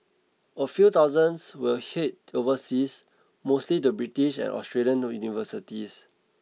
a few thousands will head overseas mostly to British and Australian universities